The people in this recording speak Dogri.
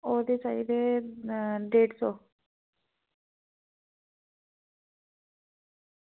ओह् ते चाहिदे डेढ़ सौ